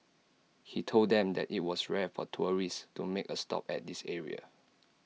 he told them that IT was rare for tourists to make A stop at this area